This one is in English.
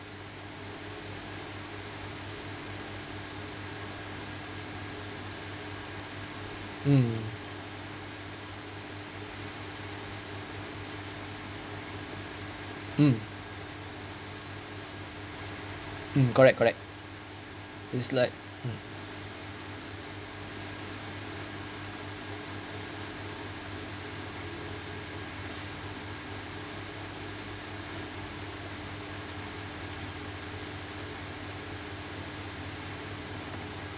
mm mm mm correct correct is like mm